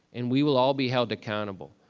and we will all be held accountable.